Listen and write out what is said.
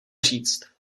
říct